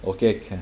okay can